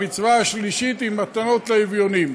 המצווה השלישית היא מתנות לאביונים.